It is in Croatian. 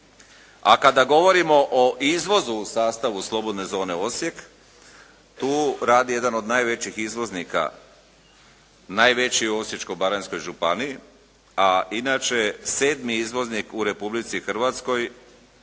a kada govorimo o izvozu u sastavu slobodne zone Osijek, tu radi jedan od najvećih izvoznika, najveći u Osječko-baranjskoj županiji, a inače 7. izvoznik u Republici Hrvatskoj